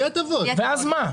בלי הטבות, ואז מה?